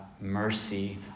mercy